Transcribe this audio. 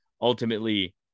ultimately